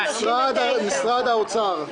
משרד האוצר.